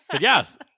yes